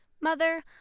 Mother